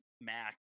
mac